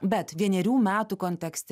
bet vienerių metų kontekste